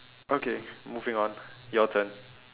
okay moving on your turn